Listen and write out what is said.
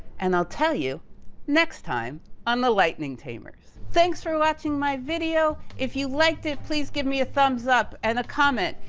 and i'll tell you next time on the lightening tamers. thanks for watching my video. if you liked it, please give me a thumbs up and a comment.